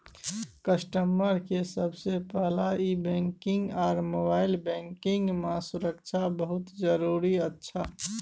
customer के सबसे पहला ई बैंकिंग आर मोबाइल बैंकिंग मां सुरक्षा बहुत जरूरी अच्छा